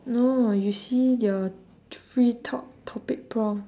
no ah you see your free talk topic prompt